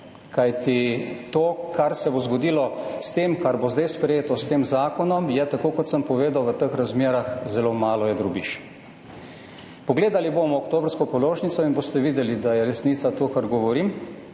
Kajti to, kar se bo zgodilo s tem, kar bo zdaj sprejeto, s tem zakonom, je, tako kot sem povedal, v teh razmerah zelo malo, je drobiž. Pogledali bomo oktobrsko položnico in boste videli, da je resnica to, kar govorim,